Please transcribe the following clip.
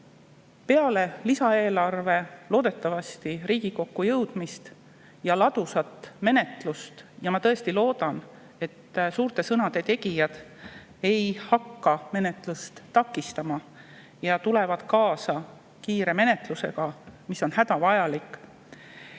Peale lisaeelarve loodetavasti Riigikokku jõudmist ja ladusat menetlust – ma tõesti loodan, et suurte sõnade tegijad ei hakka menetlust takistama ja tulevad kaasa kiire menetlusega, mis on hädavajalik